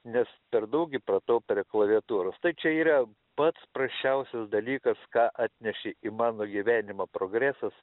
nes per daug įpratau prie klaviatūros tai čia yra pats prasčiausias dalykas ką atnešė į mano gyvenimą progresas